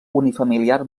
unifamiliar